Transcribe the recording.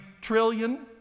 trillion